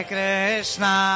Krishna